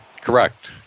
Correct